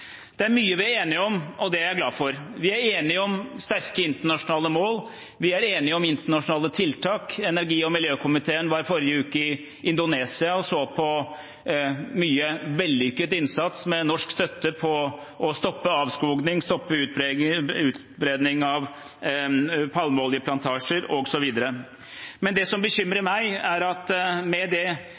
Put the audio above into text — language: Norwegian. Det er mye vi er enige om, og det er jeg glad for. Vi er enige om sterke internasjonale mål. Vi er enige om internasjonale tiltak. Energi- og miljøkomiteen var i forrige uke i Indonesia og så på mye vellykket innsats, med norsk støtte, for å stoppe avskoging og utbredelse av palmeoljeplantasjer osv. Men det som bekymrer meg, er at med